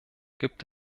gibt